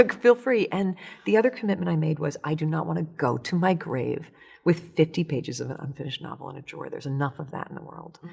like feel free. and the other commitment i made was i do not wanna go to my grave with fifty pages of an unfinished novel in a drawer. there's enough of that in the world.